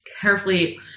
Carefully